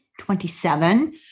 27